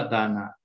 Dana